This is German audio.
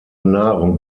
nahrung